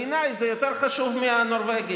בעיניי זה יותר חשוב מהנורבגי.